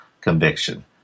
conviction